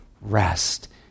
rest